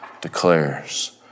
declares